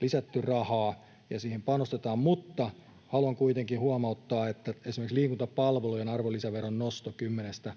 lisätty rahaa ja siihen panostetaan, mutta haluan kuitenkin huomauttaa, että esimerkiksi liikuntapalvelujen arvonlisäveron nosto 10:stä